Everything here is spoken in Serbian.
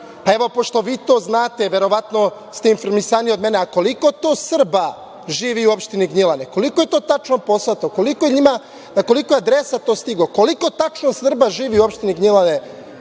Pa evo pošto vi to znate, verovatno ste informisani bolje od mene, a koliko to Srba živi u opštini Gnjilane? Koliko je to tačno poslato? Na koliko adresa je to stiglo? Koliko tačno Srba živi u opštini Gnjilane,